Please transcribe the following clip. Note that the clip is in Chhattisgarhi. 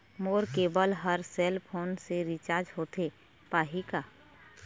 मोर केबल हर सेल फोन से रिचार्ज होथे पाही का?